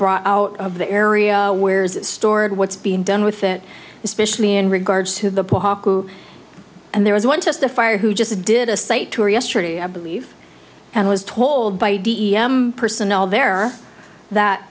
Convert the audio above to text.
brought out of the area where is stored what's being done with it especially in regards to the and there was one testify or who just did a site tour yesterday i believe and was told by d m personnel there that